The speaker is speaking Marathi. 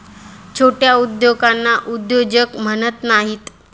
छोट्या उद्योगांना उद्योजक म्हणत नाहीत